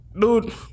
dude